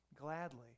gladly